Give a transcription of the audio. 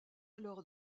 alors